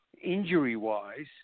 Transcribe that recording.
injury-wise